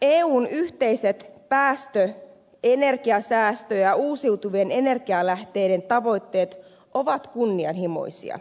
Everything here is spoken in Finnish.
eun yhteiset päästö energiasäästö ja uusiutuvien energialähteiden tavoitteet ovat kunnianhimoisia